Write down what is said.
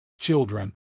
children